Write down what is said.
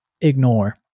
ignore